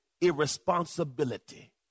irresponsibility